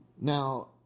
Now